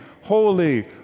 holy